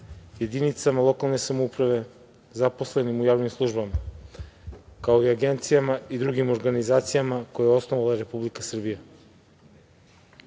jedinicama lokalne samouprave, zaposlenima u javnim službama, kao i u agencijama i drugim organizacijama koje je osnovala Republika Srbija. Ovim